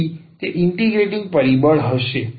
તેથી તે ઇન્ટિગરેટિંગ પરિબળ હશે